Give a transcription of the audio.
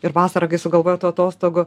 ir vasarą kai sugalvoja tų atostogų